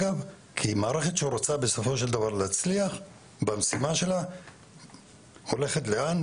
כי מערכת שרוצה בסופו של דבר להצליח במשימה שלה הולכת לאן,